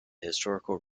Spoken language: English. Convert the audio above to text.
historical